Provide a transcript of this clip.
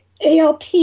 ALP